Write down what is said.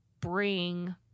bring